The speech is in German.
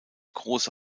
große